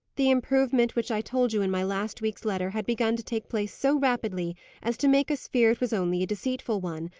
the improvement, which i told you in my last week's letter had begun to take place so rapidly as to make us fear it was only a deceitful one,